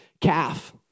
calf